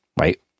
Right